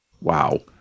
Wow